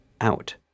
out